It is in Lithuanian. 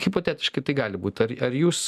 hipotetiškai tai gali būt ar ar jūs